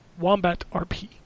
WombatRP